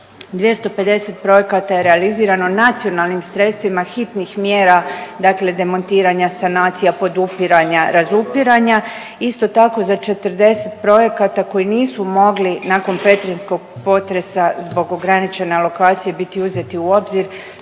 250 projekata je realizirano nacionalnim sredstvima hitnih mjera, dakle demontiranja, sanacija, podupiranja, razupiranja. Isto tako za 40 projekata koji nisu mogli nakon petrinjskog potresa zbog ograničene alokacije biti uzeti u obzir